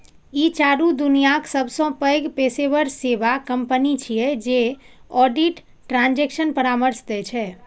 ई चारू दुनियाक सबसं पैघ पेशेवर सेवा कंपनी छियै जे ऑडिट, ट्रांजेक्शन परामर्श दै छै